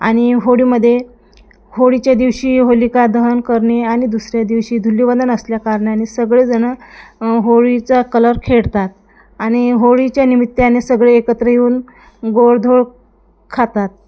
आणि होळीमध्ये होळीच्या दिवशी होलिका दहन करणे आणि दुसऱ्या दिवशी धुलिवंदन असल्या कारणाने सगळेजणं होळीचा कलर खेळतात आणि होळीच्या निमित्ताने सगळे एकत्र येऊन गोडधोड खातात